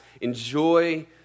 Enjoy